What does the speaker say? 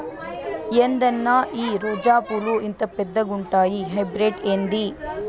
ఏందన్నా ఈ రోజా పూలు ఇంత పెద్దగుండాయి హైబ్రిడ్ ఏంది